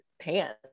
pants